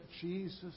Jesus